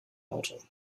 auto